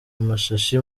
amashashi